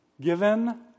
given